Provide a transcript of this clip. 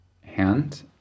hand